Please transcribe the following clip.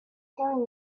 herring